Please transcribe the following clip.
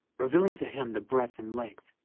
revealing to him the breadth and length,